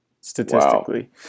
statistically